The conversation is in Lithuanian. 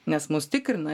nes mus tikrina